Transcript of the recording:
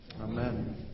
Amen